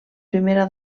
primera